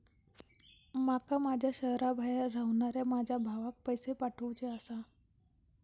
माका माझ्या शहराबाहेर रव्हनाऱ्या माझ्या भावाक पैसे पाठवुचे आसा